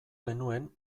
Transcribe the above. genuen